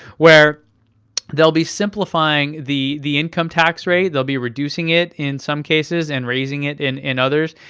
where they'll be simplifying the the income tax rate, they'll be reducing it in some cases, and raising it in in others.